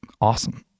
awesome